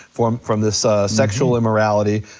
from from this sexual immorality,